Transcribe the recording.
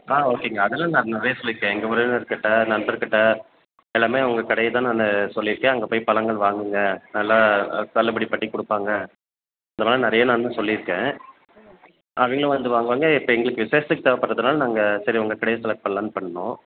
ஆ ஓகேங்க அதெல்லாம் நான் நிறையா சொல்லிருக்கேன் எங்கள் உறவினர்கிட்ட நண்பர்கிட்ட எல்லாமே உங்கள் கடையைதான் நான் சொல்லிருக்கேன் அங்கே போய் பழங்கள் வாங்குங்க நல்லா தள்ளுபடி பண்ணி கொடுப்பாங்க இந்தமாதிரி நிறையா நண்பர் சொல்லிருக்கேன் அவங்களும் வந்து வாங்குவாங்க இப்போ எங்களுக்கு விசேஷத்துக்கு தேவைப்படுறதுனால நாங்கள் சரி உங்கள் கடையை செலக்ட் பண்ணுலாம்னு பண்ணோம்